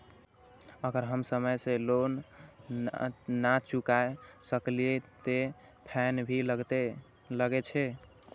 अगर हम समय से लोन ना चुकाए सकलिए ते फैन भी लगे छै?